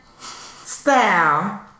style